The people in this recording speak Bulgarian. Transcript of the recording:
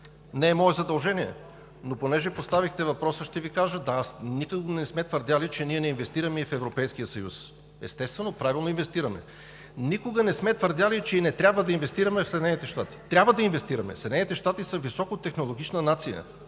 не е мое задължение. Понеже поставихте въпроса, ще Ви кажа. Да, никога не сме твърдели, че ние не инвестираме и в Европейския съюз. Естествено, правилно инвестираме. Никога не сме твърдели, че не трябва да инвестираме в Съединените щати. Трябва да инвестираме! Съединените щати са високотехнологична нация.